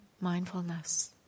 mindfulness